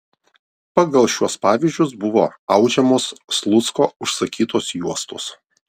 pagal šiuos pavyzdžius buvo audžiamos slucko užsakytos juostos